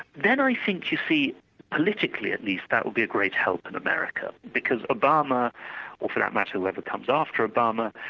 then i think you see politically at least, that would be a great help to and america, because obama or for that matter whoever comes after obama,